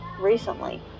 recently